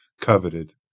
coveted